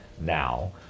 now